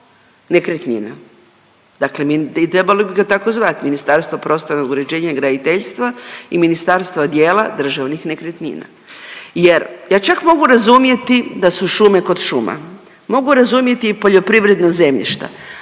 nekretnina. Dakle trebalo bi ga tako zvati ministarstvo prostornog uređenja i graditeljstva i ministarstva dijela državnih nekretnina jer ja čak mogu razumjeti da su šume kod šuma, mogu razumjeti i poljoprivredna zemljišta